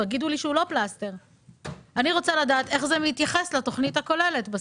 אני רוצה לדעת איך זה מתייחס לתוכנית הכוללת.